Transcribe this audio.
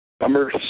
Number